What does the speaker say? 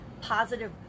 positive